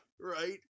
Right